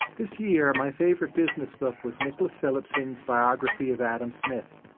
this year, my favorite business book was nicholas phillipson's biography of adam smith.